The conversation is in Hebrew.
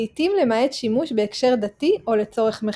לעיתים למעט שימוש בהקשר דתי או לצורך מחקר.